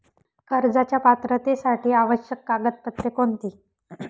कर्जाच्या पात्रतेसाठी आवश्यक कागदपत्रे कोणती?